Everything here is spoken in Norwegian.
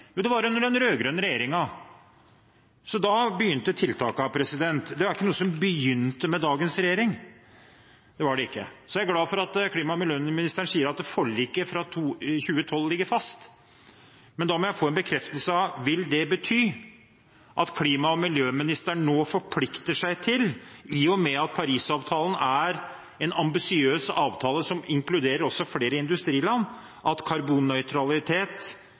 Jo, det var under den rød-grønne regjeringen. Da begynte tiltakene. Det var ikke noe som begynte med dagens regjering. Det var det ikke. Jeg er glad for at klima- og miljøministeren sier at forliket fra 2012 ligger fast. Men da må jeg få en bekreftelse på om det vil bety at klima- og miljøministeren nå forplikter seg til, i og med at Paris-avtalen er en ambisiøs avtale som inkluderer også flere industriland, at karbonnøytralitet